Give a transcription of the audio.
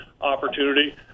opportunity